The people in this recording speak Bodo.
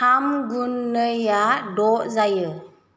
थाम गुन नैआ द' जायो